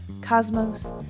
cosmos